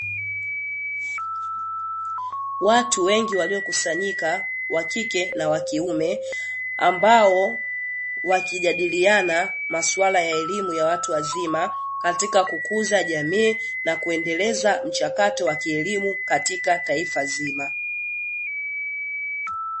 Watu wengi waliokusanyika wa kike na wa kiume ambao wakijadiliana masuala ya elimu ya watu wazima, katika kukuza jamii na kuendeleza mchakato wa kielimu katika taifa zima.